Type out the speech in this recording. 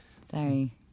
Sorry